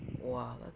Wow